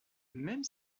même